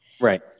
Right